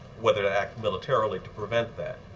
whether to act militarily to prevent that.